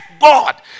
God